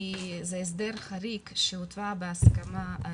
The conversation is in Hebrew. זה הסדר חריג שהותרה בהסכמה.